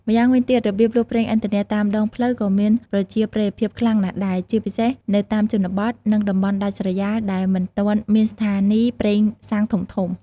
ម្យ៉ាងវិញទៀត របៀបលក់ប្រេងឥន្ធនៈតាមដងផ្លូវក៏មានប្រជាប្រិយភាពខ្លាំងណាស់ដែរ ជាពិសេសនៅតាមជនបទ និងតំបន់ដាច់ស្រយាលដែលមិនទាន់មានស្ថានីយ៍ប្រេងសាំងធំៗ។